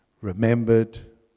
remembered